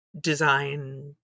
design